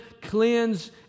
cleanse